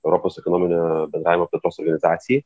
europos ekonominio bendravimo plėtros organizacijai